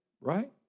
right